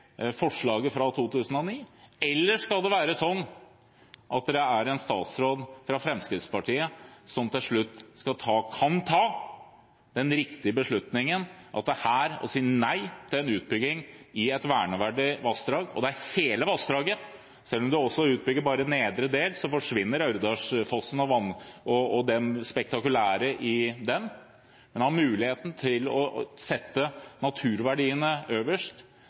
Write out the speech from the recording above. forslaget fra 2009. Eller skal det være sånn at det er en statsråd fra Fremskrittspartiet som til slutt skal ta – kan ta – den riktige beslutningen: å si nei til en utbygging i et verneverdig vassdrag – og det er hele vassdraget? Selv om man utbygger bare nedre del, forsvinner Ørredalsfossen og det spektakulære i den. Man har muligheten til å sette naturverdiene øverst.